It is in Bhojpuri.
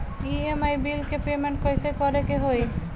ई.एम.आई बिल के पेमेंट कइसे करे के होई?